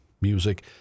music